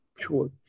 Sure